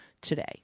today